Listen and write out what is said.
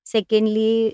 Secondly